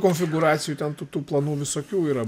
konfigūracijų ten tų tų planų visokių yra